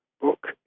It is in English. book